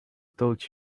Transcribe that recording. told